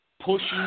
pushing